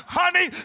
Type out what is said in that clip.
honey